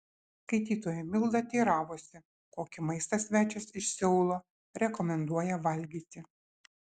skaitytoja milda teiravosi kokį maistą svečias iš seulo rekomenduoja valgyti